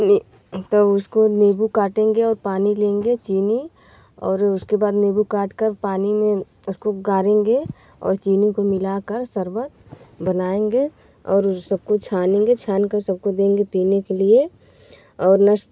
तब उसको नींबू काटेंगे और पानी लेंगे चीनी और उसके बाद नींबू काट कर पानी में उसको घोलेंगे और चीनी को मिलाकर शरबत बनाएँगे और उन सब को छानेंगे छानकर सबको देंगे पीने के लिए और